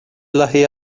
lahey